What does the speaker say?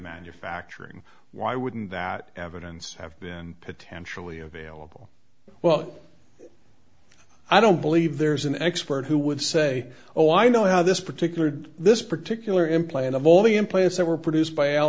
manufacturing why wouldn't that evidence have been potentially available well i don't believe there's an expert who would say oh i know how this particular this particular implant of all the implants that were produced by